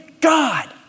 God